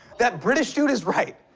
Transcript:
that british dude is right.